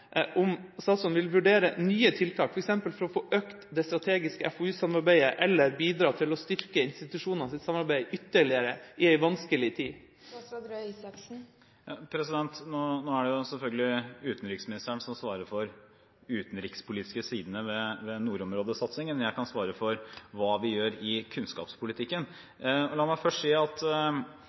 om han vil vurdere nye tiltak, f.eks. for å få økt det strategiske FoU-samarbeidet, eller bidra til å styrke institusjonenes samarbeid ytterligere i en vanskelig tid. Nå er det selvfølgelig utenriksministeren som svarer for de utenrikspolitiske sidene ved nordområdesatsingen. Jeg kan svare for hva vi gjør i kunnskapspolitikken. La meg først si at